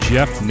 Jeff